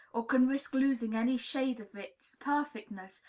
or can risk losing any shade of its perfectness,